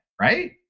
right